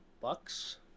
bucks